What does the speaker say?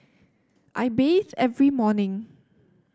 I bathe every morning